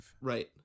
right